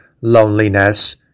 loneliness